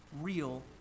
real